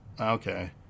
Okay